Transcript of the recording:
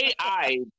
AI